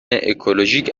اکولوژیک